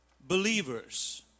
believers